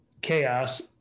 chaos